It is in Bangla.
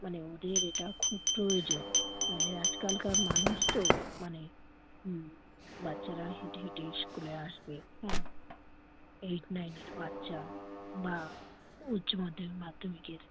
মানে ওদের এটা খুব প্রয়োজন নইলে আজকালকার মানুষ তো মানে হুঁ বাচ্চারা হেঁটে হেঁটে স্কুলে আসবে হ্যাঁ এইট নাইনের বাচ্চা বা উচ্চ মাধ্যমিক মাধ্যমিকের